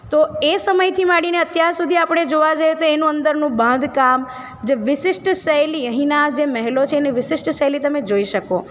તો એ સમયથી માંડીને અત્યાર સુધી આપણે જોવા જઈએ તો એનું અંદરનું બાંધકામ જે વિશિષ્ટ શૈલી અહીંના મહેલો છે એની વિશિષ્ટ શૈલી તમે જોઈ શકો